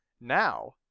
now